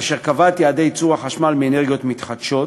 אשר קבעה את יעדי ייצור החשמל מאנרגיות מתחדשות,